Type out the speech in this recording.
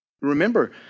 Remember